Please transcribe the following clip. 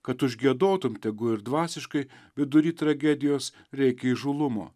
kad užgiedotum tegu ir dvasiškai vidury tragedijos reikia įžūlumo